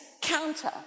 counter